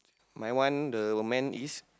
my one the woman is